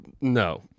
no